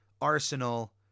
arsenal